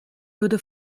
würde